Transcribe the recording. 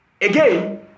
Again